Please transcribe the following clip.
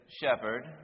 shepherd